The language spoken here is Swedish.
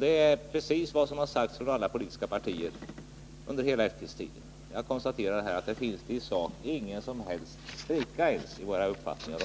Det är precis vad alla politiska partier har sagt under hela efterkrigstiden, och jag kan här konstatera att det inte i sak finns någon som helst spricka i våra uppfattningar.